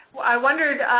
i wondered,